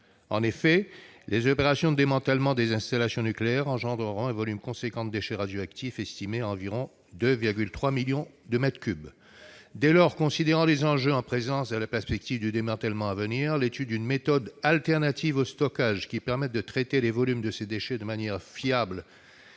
En effet, les opérations de démantèlement des installations nucléaires engendreront un volume important de déchets radioactifs, estimé à environ 2,3 millions de mètres cubes. Considérant les enjeux dans la perspective du démantèlement à venir, l'étude d'une méthode alternative au stockage qui permette de traiter ces déchets de manière fiable